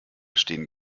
stehen